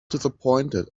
disappointed